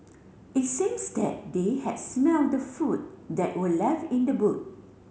it seems that they had smell the food that were left in the boot